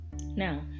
now